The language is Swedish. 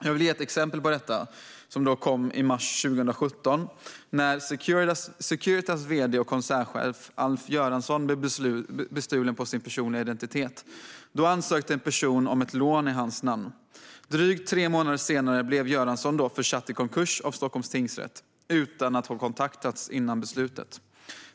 Jag vill ge ett exempel på detta från i mars 2017, då Securitas vd och koncernchef Alf Göransson blev bestulen på sin personliga identitet. En person ansökte om ett lån i hans namn. Drygt tre månader senare blev Göransson försatt i konkurs av Stockholms tingsrätt - utan att ha kontaktas före beslutet.